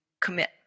commit